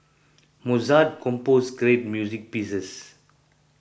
Mozart composed great music pieces